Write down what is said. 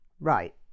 Right